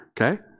okay